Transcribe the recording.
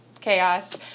chaos